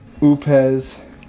UPEZ